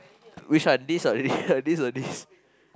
which one this or this or this